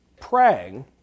praying